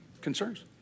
concerns